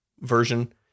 version